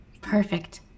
Perfect